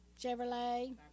Chevrolet